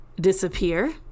disappear